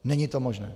Není to možné.